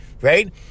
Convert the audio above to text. Right